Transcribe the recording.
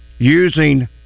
using